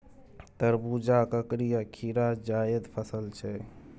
तरबुजा, ककरी आ खीरा जाएद फसल छै